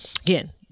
Again